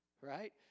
right